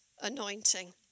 anointing